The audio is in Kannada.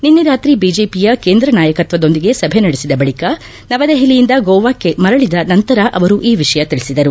ನಿನ್ನೆ ರಾತ್ರಿ ಬಿಜೆಪಿಯ ಕೇಂದ್ರ ನಾಯಕತ್ವದೊಂದಿಗೆ ಸಭೆ ನಡೆಸಿದ ಬಳಿಕ ನವದೆಹಲಿಯಿಂದ ಗೋವಾಕ್ಕೆ ಮರಳಿದ ನಂತರ ಅವರು ಈ ವಿಷಯ ತಿಳಿಸಿದರು